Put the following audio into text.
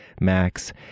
max